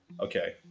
Okay